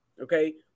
okay